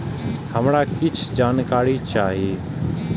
हमरा कीछ जानकारी चाही